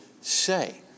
say